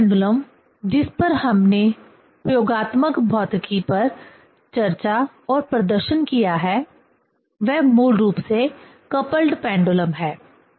अगला पेंडुलम जिस पर हमने प्रयोगात्मक भौतिकी एक पर चर्चा और प्रदर्शन किया है वह मूल रूप से कपल्ड पेंडुलम है